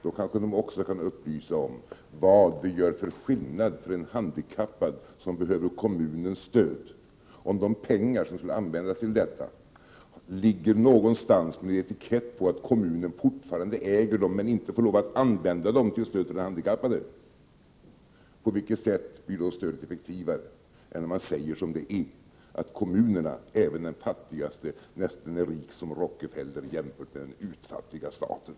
Då kanske de också kan upplysa om vad det gör för skillnad för en handikappad som behöver kommunens stöd, om de pengar som skulle användas till detta ligger någonstans med en etikett på vilken det står att kommunen fortfarande äger pengarna men inte får lov att använda dem till stöd för handikappade. På vilket sätt blir stödet i detta fall effektivare än om man säger som detär, att kommunerna — även den fattigaste — nästan är rika som Rockefeller jämfört med den utfattiga staten?